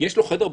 יש לו חדר בכנסת?